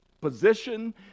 position